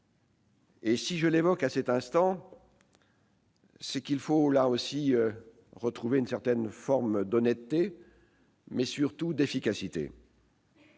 Si je les évoque en cet instant, c'est parce qu'il nous faut retrouver une certaine forme d'honnêteté, mais surtout d'efficacité.